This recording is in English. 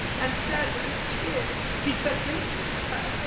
and said that this kid, he said, in a big crowd, no,